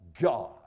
God